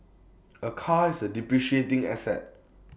A car is depreciating asset